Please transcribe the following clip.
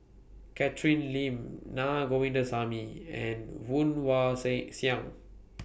Catherine Lim Na Govindasamy and Woon Wah Sing Siang